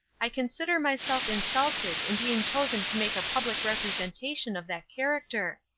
i consider myself insulted in being chosen to make a public representation of that character.